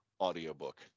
audiobook